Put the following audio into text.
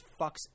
fucks